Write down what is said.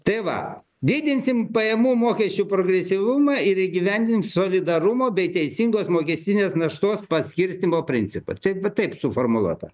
tai va didinsim pajamų mokesčių progresyvumą ir įgyvendins solidarumo bei teisingos mokestinės naštos paskirstymo principą čia va taip suformuluota